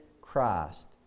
Christ